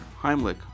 Heimlich